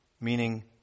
meaning